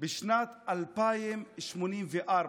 בשנת 2084,